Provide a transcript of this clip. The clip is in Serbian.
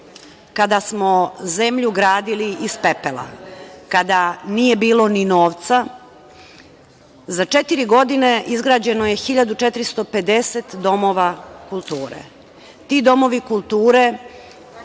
kada smo zemlju gradili iz pepela, kada nije bilo ni novca, za četiri godine izgrađeno je 1450 domova kulture. Ti domovi kulture